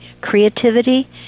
creativity